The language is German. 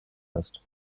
ist